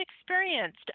experienced